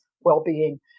well-being